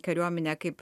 kariuomenę kaip